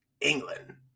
England